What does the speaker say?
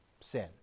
sin